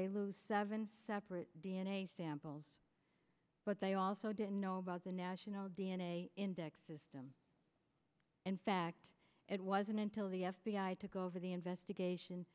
they lose seven separate d n a samples but they also didn't know about the national d n a index system in fact it wasn't until the f b i took over the investigation